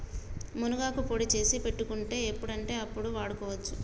మునగాకు పొడి చేసి పెట్టుకుంటే ఎప్పుడంటే అప్పడు వాడుకోవచ్చు